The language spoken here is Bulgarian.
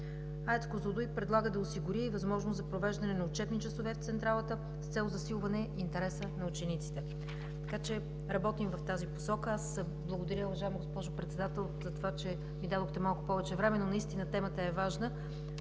АЕЦ „Козлодуй“ предлага да осигури и възможност за провеждане на учебни часове в Централата с цел засилване интереса на учениците. Работим в тази посока. Уважаема госпожо Председател, благодаря Ви, че ми дадохте малко повече време, но наистина темата е важна.